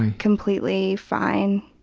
completely fine.